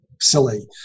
silly